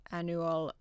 annual